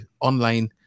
online